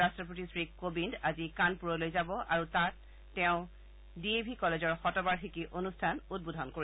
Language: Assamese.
ৰাট্টপতি শ্ৰী কোবিন্দ আজি কানপুৰলৈ যাব আৰু তাত তেওঁ ডি এ ভি কলেজৰ শতবাৰ্ষিকী অনুষ্ঠান উদ্বোধন কৰিব